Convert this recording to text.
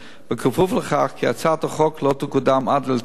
בכפוף לכך כי הצעת החוק לא תקודם עד לתחילת 2013,